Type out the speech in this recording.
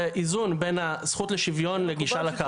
איזון בין הזכות לשוויון לגישה לקרקע.